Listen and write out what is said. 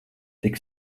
tik